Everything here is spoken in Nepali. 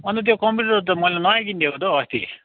अनि त त्यो कम्प्युटर त मैले नयाँ किनिदिएको त हौ अस्ति